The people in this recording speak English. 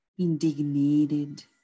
indignated